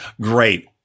Great